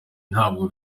ntabwo